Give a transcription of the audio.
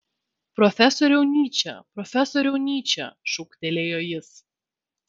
profesoriau nyče profesoriau nyče šūktelėjo jis